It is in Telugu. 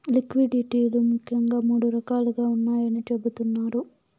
లిక్విడిటీ లు ముఖ్యంగా మూడు రకాలుగా ఉన్నాయని చెబుతున్నారు